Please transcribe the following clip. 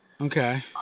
Okay